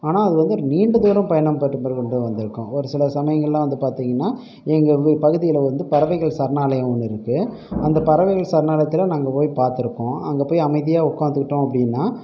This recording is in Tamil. ஆனால் அது வந்து நீண்ட தூரம் பயணம் பண்ணுற கூட வந்துருக்கும் ஒரு சில சமயங்களெலாம் வந்து பார்த்திங்கனா எங்கள் பகுதியில் வந்து பறவைகள் சரணாலயம் ஒன்று இருக்குது அந்த பறவைகள் சரணாலயத்தில் நாங்கள் போய் பார்த்துருக்கோம் அங்கே போய் அமைதியாக உட்காந்துக்கிட்டோம் அப்படின்னா